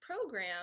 program